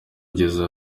ugeze